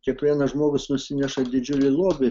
kiekvienas žmogus nusineša didžiulį lobį